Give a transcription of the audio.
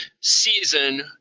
season